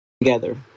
together